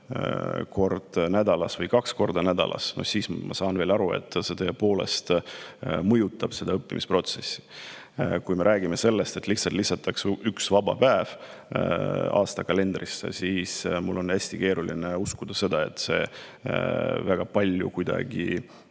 kord nädalas või kaks korda nädalas, no siis ma saan veel aru, et see tõepoolest mõjutaks õppimisprotsessi. Aga kui me räägime sellest, et lihtsalt lisatakse üks vaba päev aastas kalendrisse, siis on mul hästi keeruline uskuda, et see väga palju alandab